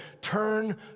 Turn